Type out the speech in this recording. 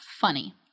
funny